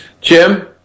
Jim